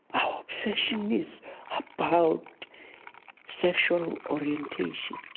our obsession is about sexual orientation.